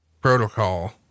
protocol